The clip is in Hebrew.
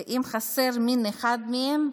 ואם חסר מין אחד מהם,